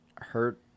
hurt